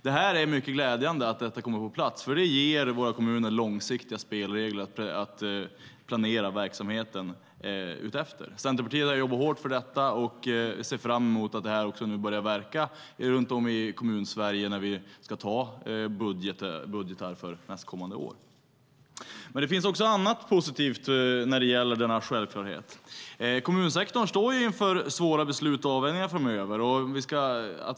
Det är mycket glädjande att detta kommer på plats, för det ger våra kommuner långsiktiga spelregler att planera verksamheten efter. Centerpartiet har jobbat hårt för detta och ser fram emot att det börjar verka runt om i Kommunsverige när man nu ska besluta budgetar för nästkommande år. Det finns också annat som är positivt när det gäller denna självklarhet. Kommunsektorn står inför svåra beslut och avvägningar framöver.